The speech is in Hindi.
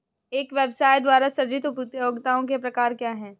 एक व्यवसाय द्वारा सृजित उपयोगिताओं के प्रकार क्या हैं?